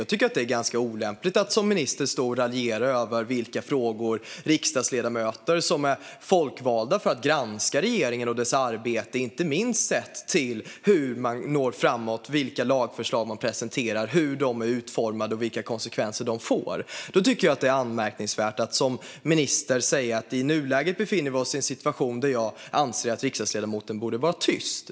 Jag tycker att det är ganska olämpligt att som minister raljera över vilka frågor riksdagsledamöter, som är folkvalda och ska granska regeringen och dess arbete, ska ta upp. Vi ska inte minst granska hur regeringen når fram, vilka lagförslag den presenterar, hur de är utformade och vilka konsekvenser de får. Då är det anmärkningsvärt att som minister säga: I nuläget befinner vi oss i en situation som innebär att jag anser att riksdagsledamoten bör vara tyst.